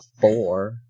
four